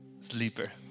sleeper